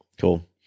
Cool